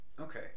Okay